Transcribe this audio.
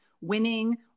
winning